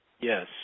Yes